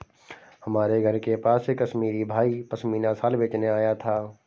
हमारे घर के पास एक कश्मीरी भाई पश्मीना शाल बेचने आया था